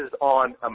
on